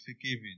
forgiving